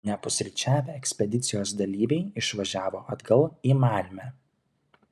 nepusryčiavę ekspedicijos dalyviai išvažiavo atgal į malmę